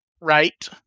right